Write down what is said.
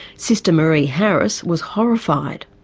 sister myree harris was horrified.